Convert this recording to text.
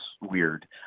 weird